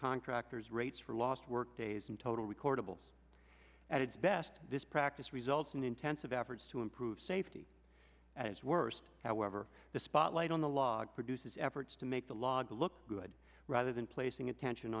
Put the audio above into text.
contractor's rates for lost work days and total recordable at its best this practice results in intensive efforts to improve safety as worst however the spotlight on the log produces efforts to make the log look good rather than placing attention